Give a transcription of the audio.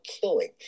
killing